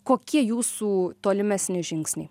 kokie jūsų tolimesni žingsniai